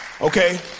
Okay